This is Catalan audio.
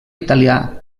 italià